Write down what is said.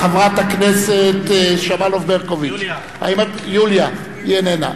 חברת הכנסת שמאלוב-ברקוביץ יוליה, איננה.